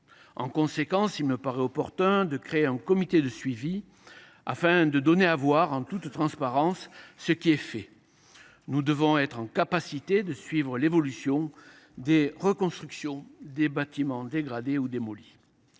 En conséquence, il me paraît opportun de créer un comité de suivi, afin de donner à voir en toute transparence ce qui est fait. Nous devons être capables de suivre l’évolution de la reconstruction des bâtiments dégradés ou démolis.